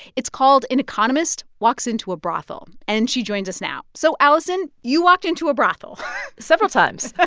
it's called an economist walks into a brothel. and she joins us now so, allison, you walked into a brothel several times